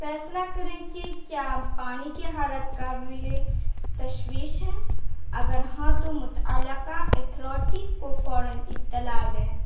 فیصلہ کریں کہ کیا پانی کے حالت قابلِ تشویش ہے اگر ہاں تو مطعلقہ اتھارٹی کو فوراً اطلاع دیں